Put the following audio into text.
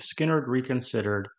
skinnerdreconsidered